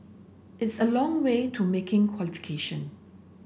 it's a long way to making qualification